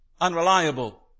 unreliable